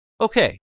Okay